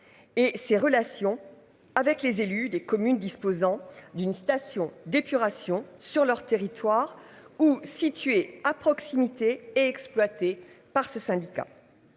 et ses relations avec les élus des communes disposant d'une station d'épuration sur leur territoire ou situé à proximité et exploité par ce syndicat.